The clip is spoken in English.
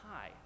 high